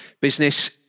business